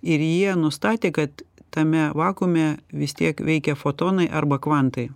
ir jie nustatė kad tame vakuume vis tiek veikia fotonai arba kvantai